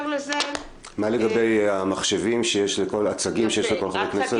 מה לגבי הצגים שיש לכל חבר כנסת?